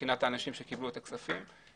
מבחינת האנשים שקיבלו את הכספים,